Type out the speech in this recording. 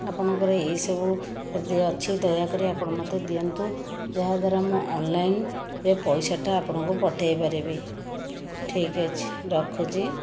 ଆପଣଙ୍କର ଏହିସବୁ ଯଦି ଅଛି ଦୟାକରି ଆପଣ ମୋତେ ଦିଅନ୍ତୁ ଯାହା ଦ୍ୱାରା ମୁଁ ଅନଲାଇନରେ ପଇସାଟା ଆପଣଙ୍କୁ ପଠେଇ ପାରିବି ଠିକ ଅଛି ରଖୁଛି